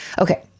Okay